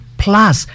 plus